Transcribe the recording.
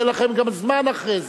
יהיה לכם גם זמן אחרי זה.